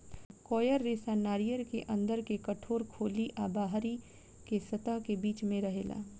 coir रेशा नारियर के अंदर के कठोर खोली आ बाहरी के सतह के बीच में रहेला